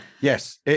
Yes